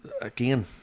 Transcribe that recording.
again